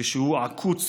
כשהוא עקוץ,